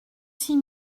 six